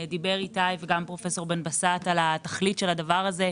דיבר איתי וגם פרופ' בן בסט על התכלית של הדבר הזה,